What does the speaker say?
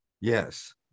yes